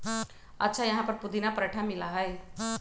अच्छा यहाँ पर पुदीना पराठा मिला हई?